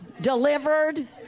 delivered